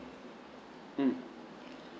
mm